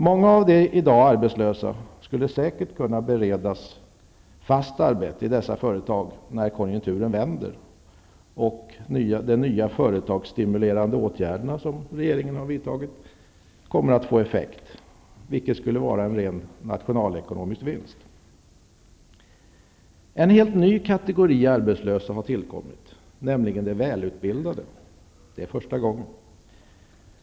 Många av de i dag arbetslösa skulle säkert kunna beredas ett fast arbete i dessa företag när konjunkturen vänder och de nya företagsstimulerande åtgärderna får effekt, vilket skulle ge en ren nationalekonomisk vinst! En ny kategori arbetslösa har tillkommit, nämligen de välutbildade.